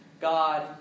God